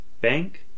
Bank